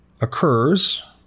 occurs